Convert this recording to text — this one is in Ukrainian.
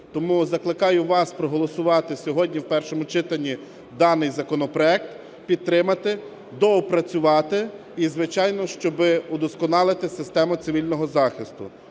Тому закликаю вас проголосувати сьогодні в першому читанні даний законопроект, підтримати, доопрацювати і, звичайно, щоб удосконалити систему цивільного захисту.